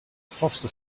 foster